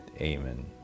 amen